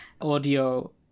audio